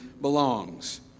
belongs